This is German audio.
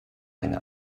eine